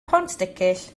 pontsticill